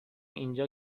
اینجا